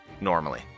normally